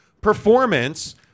performance